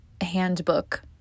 handbook